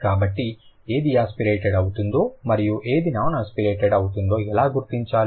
కాబట్టి ఏది ఆస్పిరేటెడ్ అవుతుందో మరియు ఏది నాన్ ఆస్పిరేటెడ్ అవుతుందో ఎలా గుర్తించాలి